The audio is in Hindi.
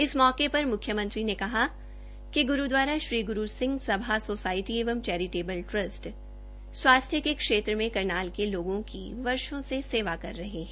इस मौके पर मुख्यमंत्री कहा कि ग्रूदवारा श्री ग्रू सिंह सभा सोसायटी एवं चैरिटेबल ट्रस्ट स्वास्थ्य के क्षेत्र में करनाल के लोगों की वर्षो से सेवा कर रही है